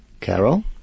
Carol